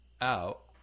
out